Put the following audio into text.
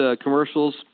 commercials